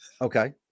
Okay